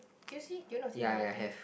do you see do you notice the difference